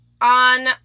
on